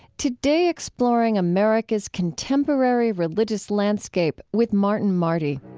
today exploring america's contemporary religious landscape with martin marty